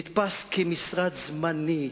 לפחות נתפס כמשרד זמני,